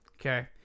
Okay